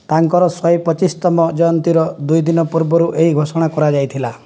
ତାଙ୍କର ଶହେ ପଚିଶ ତୁମ ଜୟନ୍ତୀର ଦୁଇ ଦିନ ପୂର୍ବରୁ ଏହି ଘୋଷଣା କରାଯାଇଥିଲା